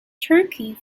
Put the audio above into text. turkey